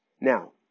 Now